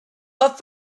but